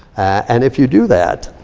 and if you do that,